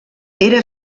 era